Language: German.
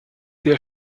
der